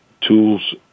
Tools